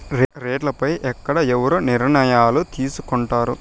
రేట్లు పై ఎక్కడ ఎవరు నిర్ణయాలు తీసుకొంటారు?